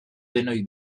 denoi